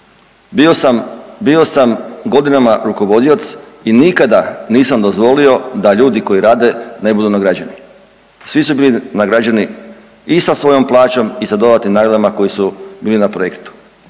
Bio sam godinama rukovodioc i nikada nisam dozvolio da ljudi koji rade ne budu nagrađeni. Svi su bili nagrađeni i sa svojom plaćom i sa dodatnim nagradama koji su bili na projektu